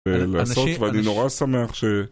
ולעשות, אנשים, ואני נורא שמח ש...